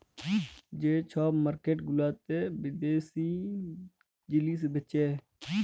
যে ছব মার্কেট গুলাতে বিদ্যাশি জিলিস বেঁচে